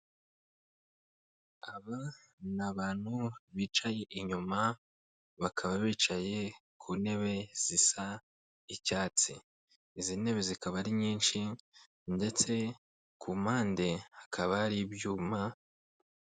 Aba ni abantu bicaye inyuma, bakaba bicaye ku ntebe zisa icyatsi. Izi ntebe zikaba ari nyinshi, ndetse ku mpande hakaba hari ibyuma.